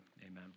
Amen